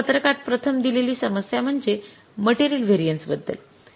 या पत्रकात प्रथम दिलेली समस्या म्हणजे मटेरियल व्हेरिएन्सेस बद्दल